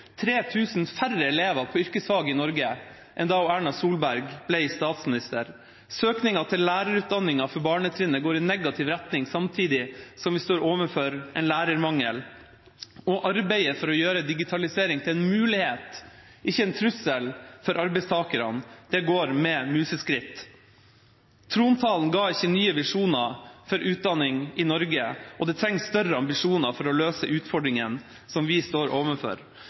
000 færre elever på yrkesfag i Norge enn da Erna Solberg ble statsminister. Søkningen til lærerutdanningen for barnetrinnet går i negativ retning, samtidig som vi står overfor en lærermangel. Arbeidet for å gjøre digitalisering til en mulighet, ikke en trussel, for arbeidstakerne går med museskritt. Trontalen ga ikke nye visjoner for utdanning i Norge, og det trengs større ambisjoner for å løse utfordringen som vi står